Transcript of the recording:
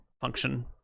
function